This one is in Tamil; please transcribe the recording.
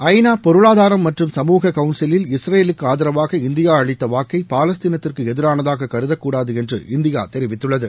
ஐநா பொருளாதாரம் மற்றும் சமூக கவுன்சிலில் இஸ்ரேலுக்கு ஆதரவாக இந்தியா அளித்த வாக்கை பாலஸ்தீனத்திற்கு எதிரானதாக கருதக்கூடாது என்று இந்தியா தெரிவித்துள்ளது